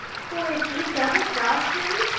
for if you double-crossed me,